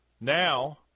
Now